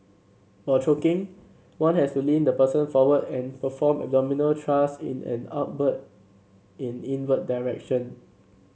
for choking one has to lean the person forward and perform abdominal thrust in an upward and inward direction